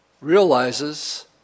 realizes